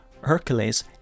Hercules